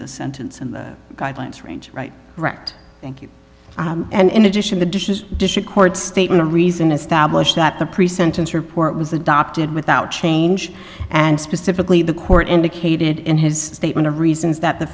the sentence and the guidelines range right wrecked thank you and in addition the dishes district court statement a reason established that the pre sentence report was adopted without change and specifically the court indicated in his statement of reasons that the